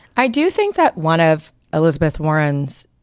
i do think that one of elizabeth warren's